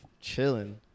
chilling